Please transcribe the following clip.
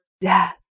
death